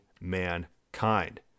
mankind